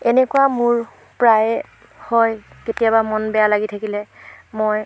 এনেকুৱা মোৰ প্ৰায়ে হয় কেতিয়াবা মন বেয়া লাগি থাকিলে মই